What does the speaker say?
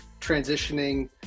transitioning